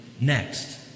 next